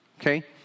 okay